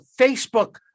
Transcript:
Facebook